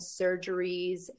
surgeries